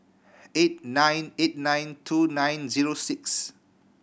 eight nine eight nine two nine zero six